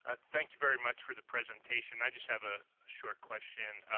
ah thank you very much for the presentation. i just have a short question.